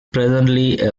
presently